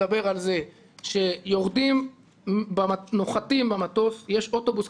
מדבר על כך שאחרי שנוחתים ויורדים מהמטוס יש אוטובוס,